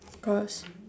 cause